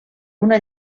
una